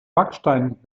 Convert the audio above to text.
backstein